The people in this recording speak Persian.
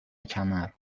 کمر